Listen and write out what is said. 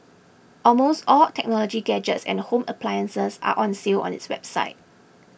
almost all technology gadgets and home appliances are on sale on its website